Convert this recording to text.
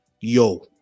yo